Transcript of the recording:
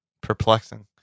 Perplexing